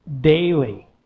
daily